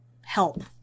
help